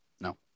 No